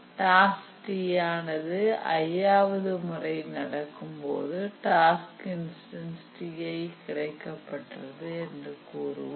task T ஆனது i ஆவது முறை நடக்கும் போது டாஸ்க் இன்ஸ்டன்ஸ் Ti கிடைக்கப்பெற்றது என்று கூறுவோம்